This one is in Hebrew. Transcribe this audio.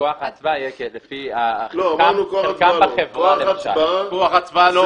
שכח ההצבעה יהיה לפי האכיפה --- כוח הצבעה לא